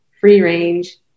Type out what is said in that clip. free-range